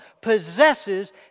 possesses